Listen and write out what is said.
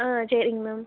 ஆ சரிங்க மேம்